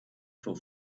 for